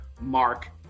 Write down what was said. Mark